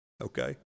okay